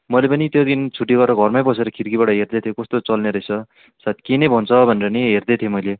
मैले पनि त्यो दिन छुट्टी गरेर घरमै बसेर खिड्कीबाट हेर्दै थिएँ कस्तो चल्ने रहेछ सायद के नै भन्छ भनेर नि हेर्दै थिएँ मैले